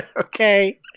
okay